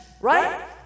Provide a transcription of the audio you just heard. right